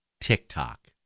TikTok